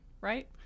right